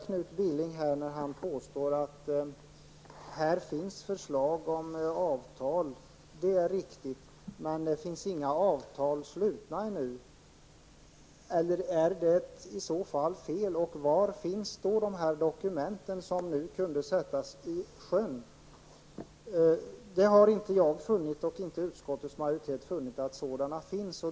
Knut Billing påstår att det här finns förslag om avtal. Det är riktigt, men det finns inga avtal slutna ännu. Eller om det är fel, var finns då de dokument som skulle kunna användas? Jag och utskottets majoritet har inte funnit att sådana finns.